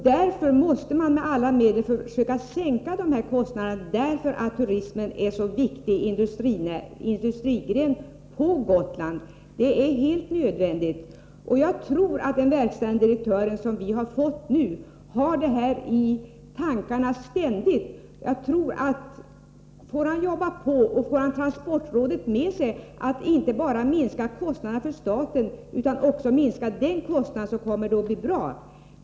Därför måste vi med alla medel försöka sänka denna kostnad, eftersom turismen är en så viktig industrigren på Gotland — det är helt nödvändigt. Jag tror att Gotlandsbolagets nye verkställande direktör ständigt har detta i tankarna. Om han tillåts jobba vidare och får transportrådet med sig på att inte bara minska kostnaden för staten utan också för de resande, kommer det att bli bra.